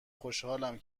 خوشحالم